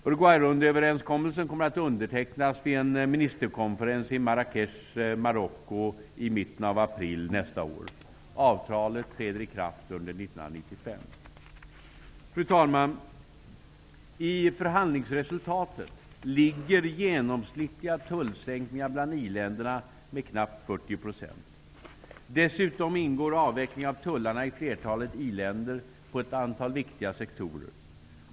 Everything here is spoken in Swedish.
Uruguayrundeöverenskommelsen kommer att undertecknas vid en ministerkonferens i Marrakech i Marocko i mitten av april nästa år. Avtalet träder i kraft under 1995. Fru talman! I förhandlingsresultatet ligger genomsnittliga tullsänkningar bland i-länderna med knappt 40 %. Dessutom ingår avveckling av tullarna i flertalet i-länder på ett antal viktiga sektorer.